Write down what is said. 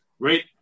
great